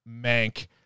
Mank